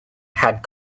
had